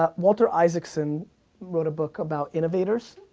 um walter isaacson wrote a book about innovators,